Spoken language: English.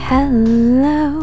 Hello